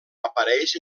apareix